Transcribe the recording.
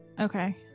Okay